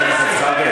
חבר הכנסת זחאלקה.